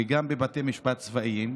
וגם בבתי משפט צבאיים,